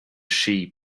sheep